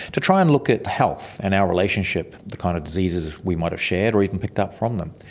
to try and look at health and our relationship, the kind of diseases we might have shared or even picked up from them.